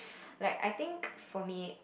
like I think for me